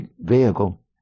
vehicle